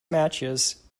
matches